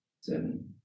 seven